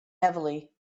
heavily